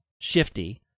shifty